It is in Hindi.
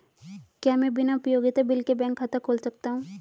क्या मैं बिना उपयोगिता बिल के बैंक खाता खोल सकता हूँ?